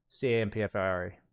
Campfire